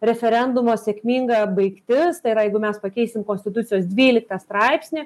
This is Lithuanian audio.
referendumo sėkminga baigtis tai yra jeigu mes pakeisim konstitucijos dvyliktą straipsnį